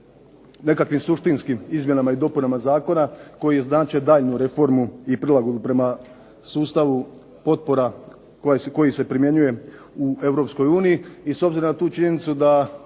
nekakvim suštinskim izmjenama i dopunama zakona koji znače daljnju reformu i prilagodbu prema sustavu potpora koji se primjenjuje u EU i s obzirom na tu činjenicu da